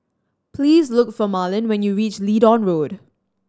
please look for Marlyn when you reach Leedon Road